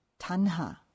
tanha